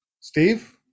Steve